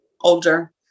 older